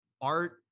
art